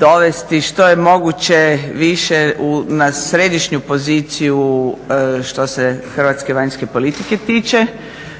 dovesti što je moguće više na središnju poziciju što se Hrvatske vanjske politike tiče.